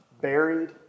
buried